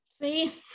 See